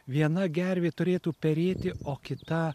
viena gervė turėtų perėti o kita